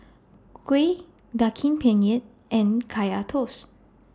Kuih Daging Penyet and Kaya Toast